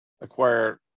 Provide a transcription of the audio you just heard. acquire